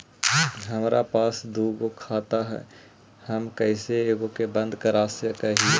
हमरा पास दु गो खाता हैं, हम कैसे एगो के बंद कर सक हिय?